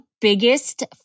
biggest